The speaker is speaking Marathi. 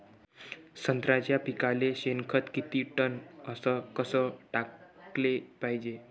संत्र्याच्या पिकाले शेनखत किती टन अस कस टाकाले पायजे?